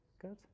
Good